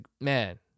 man